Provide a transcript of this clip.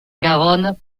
garonne